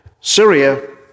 Syria